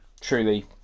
Truly